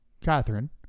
Catherine